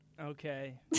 Okay